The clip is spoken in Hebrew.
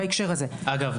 אגב,